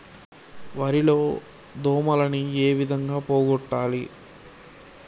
వరి లో దోమలని ఏ విధంగా పోగొట్టాలి?